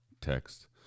text